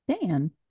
Dan